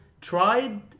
tried